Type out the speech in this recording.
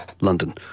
London